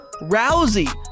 Rousey